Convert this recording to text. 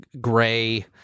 gray